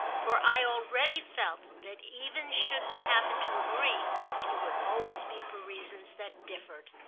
for i already felt that even should we happen to agree it would always be for reasons that differed.